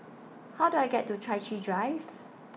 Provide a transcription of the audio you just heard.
How Do I get to Chai Chee Drive